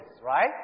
right